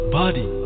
body